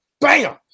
bam